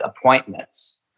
appointments